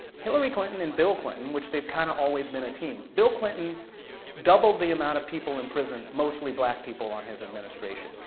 hillary clinton and bill clinton, which they kind of have always been a team, bill clinton doubled the amount of people in prison, mostly black people, on his administration.